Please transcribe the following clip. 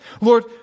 Lord